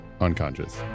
unconscious